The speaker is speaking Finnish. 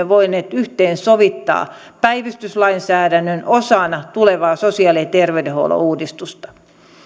voineet yhteen sovittaa päivystyslainsäädännön osana tulevaa sosiaali ja terveydenhuollon uudistusta